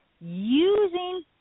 using